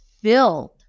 filled